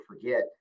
forget